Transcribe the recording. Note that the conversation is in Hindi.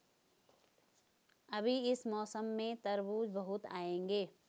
अभी इस मौसम में तरबूज बहुत आएंगे